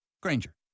Granger